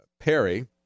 Perry